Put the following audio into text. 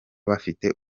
bafite